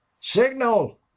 Signal